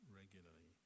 regularly